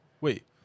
Wait